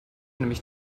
nämlich